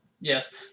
Yes